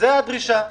זאת הדרישה.